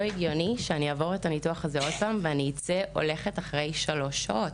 לא הגיוני שאעבור את הניתוח הזה שוב ואוכל ללכת אחרי שלוש שעות.